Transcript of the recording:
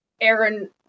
Aaron